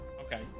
Okay